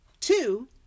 Two